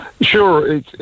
Sure